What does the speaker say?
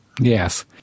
Yes